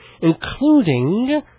including